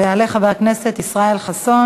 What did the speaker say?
יעלה חבר הכנסת ישראל חסון